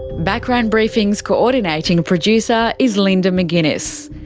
background briefing's coordinating producer is linda mcginness,